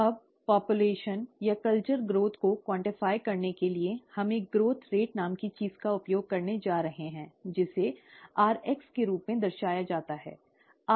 अब जनसंख्या या कल्चर कल्चर वृद्धि को क्वान्टफाइ करने के लिए हम एक ग्रोथ रेट नाम की चीज का उपयोग करने जा रहे हैं जिसे rx के रूप में दर्शाया जाता है